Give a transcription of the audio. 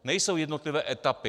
Nejsou jednotlivé etapy.